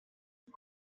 i’m